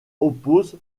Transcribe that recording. oppose